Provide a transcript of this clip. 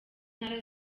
ntara